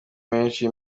menshi